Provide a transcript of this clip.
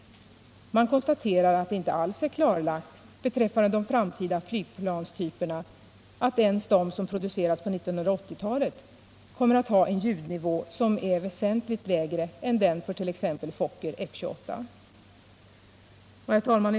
Verket konstaterar att det när det gäller de framtida flygplanstyperna inte alls är klarlagt att ens de som produceras på 1980-talet kommer att ha en ljudnivå som är väsentligt lägre än den för t.ex. Fokker F-28. Herr talman!